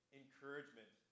encouragement